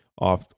off